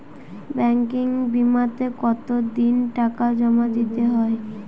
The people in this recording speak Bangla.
ব্যাঙ্কিং বিমাতে কত দিন টাকা জমা দিতে হয়?